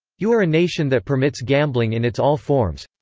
you are a nation that permits gambling in its all forms.